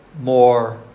more